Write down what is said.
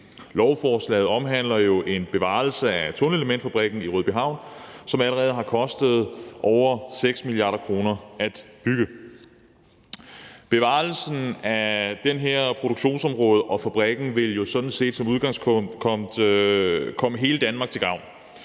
Lovforslaget omhandler jo en bevarelse af tunnelelementfabrikken i Rødbyhavn, som allerede har kostet over 6 mia. kr. at bygge. Bevarelsen af det her produktionsområde og fabrikken vil jo sådan set som udgangspunkt komme hele Danmark til gavn.